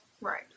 Right